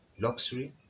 luxury